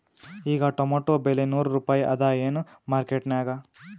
ಈಗಾ ಟೊಮೇಟೊ ಬೆಲೆ ನೂರು ರೂಪಾಯಿ ಅದಾಯೇನ ಮಾರಕೆಟನ್ಯಾಗ?